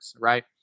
right